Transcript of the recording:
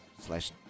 slash